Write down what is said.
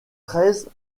treize